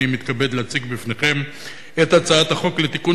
אני מתכבד להציג בפניכם את הצעת חוק לתיקון